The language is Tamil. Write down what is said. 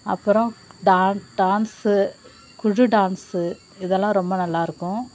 அப்பறம் டான்ஸு குழு டான்ஸு இதெல்லாம் ரொம்ப நல்லாயிருக்கும்